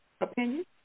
opinion